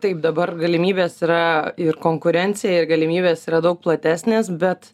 taip taip dabar galimybės yra ir konkurencija ir galimybės yra daug platesnės bet